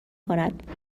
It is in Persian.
کند